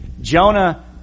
Jonah